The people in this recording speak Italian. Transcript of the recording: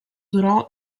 durò